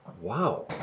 Wow